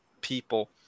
people